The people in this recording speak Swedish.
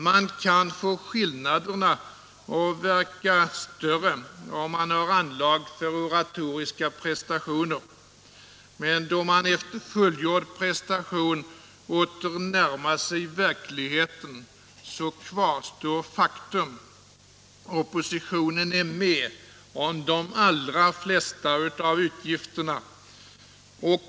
Man kan få skillnaderna att verka större, om man har anlag för oratoriska prestationer, men då man efter fullgjord prestation åter närmar sig verkligheten kvarstår faktum: oppositionen är med på de allra flesta av utgifterna.